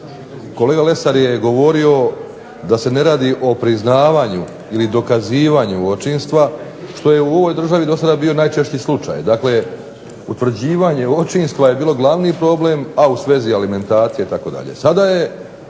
kolega Lesar je govorio da se ne radi o priznavanju ili dokazivanju očinstva, što je u ovoj državi dosada bio najčešći slučaj. Dakle utvrđivanje očinstva je bilo glavni problem, a u svezi alimentacije itd. Sada je